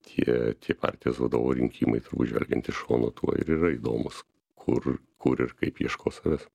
tie tie partijos vadovo rinkimai turbūt žvelgiant iš šono tuo ir yra įdomūs kur kur ir kaip ieškos savęs